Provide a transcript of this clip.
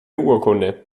urkunde